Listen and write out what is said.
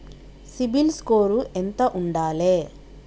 CIBIL score ఎంత ఉండాలే?